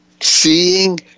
Seeing